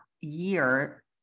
year